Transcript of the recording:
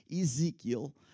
Ezekiel